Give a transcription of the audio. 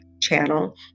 channel